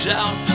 out